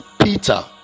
Peter